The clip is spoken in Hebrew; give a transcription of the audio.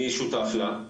אני שותף לה.